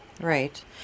Right